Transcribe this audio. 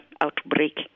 outbreak